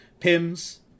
Pims